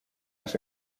las